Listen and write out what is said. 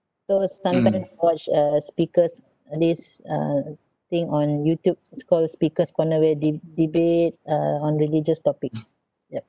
so starting to watch uh speakers uh this uh thing on youtube it's call speakers corner where they debate uh on religious topic yup